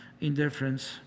indifference